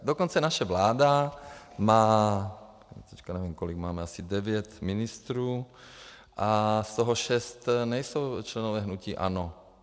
Dokonce naše vláda má teď nevím, kolik máme, asi 9 ministrů, z toho 6 nejsou členové hnutí ANO.